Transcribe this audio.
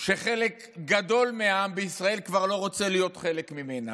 שחלק גדול מהעם בישראל כבר לא רוצה להיות חלק ממנה,